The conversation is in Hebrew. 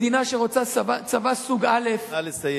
מדינה שרוצה צבא סוג א' נא לסיים.